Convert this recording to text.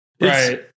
right